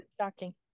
Shocking